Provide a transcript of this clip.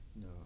no